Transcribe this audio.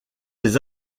des